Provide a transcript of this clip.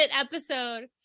episode